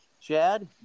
Chad